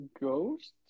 ghost